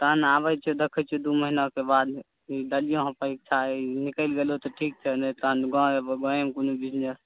सएह ने आबैत छियै देखै छियौ दू महीनाके बाद देलियौ हँ परीक्षा ई निकलि गेलौ तऽ ठीक छै नहि तहन गाम एबौ गामेमे कोनो बिजनेस